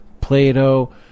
Plato